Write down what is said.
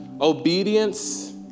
Obedience